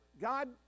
God